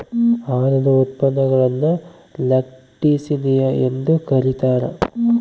ಹಾಲಿನ ಉತ್ಪನ್ನಗುಳ್ನ ಲ್ಯಾಕ್ಟಿಸಿನಿಯ ಎಂದು ಕರೀತಾರ